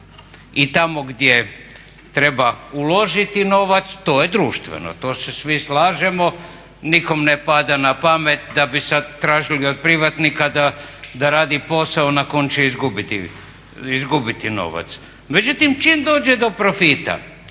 i tamo gdje treba uložiti novac to je društveno, to se svi slažemo, nikom ne pada na pamet da bi sad tražili od privatnika da radi posao na kojem će izgubiti novac. Međutim, čim dođe do profita